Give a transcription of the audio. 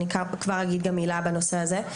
אני כבר אגיד גם מילה בנושא הזה.